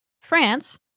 France